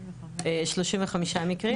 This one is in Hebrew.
31 מקרים.